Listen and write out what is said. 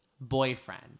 boyfriend